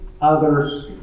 others